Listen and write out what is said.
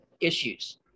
issues